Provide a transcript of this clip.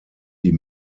die